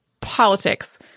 politics